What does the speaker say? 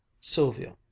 Sylvia